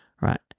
Right